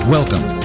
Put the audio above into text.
Welcome